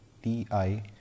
TI